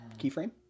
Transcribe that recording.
keyframe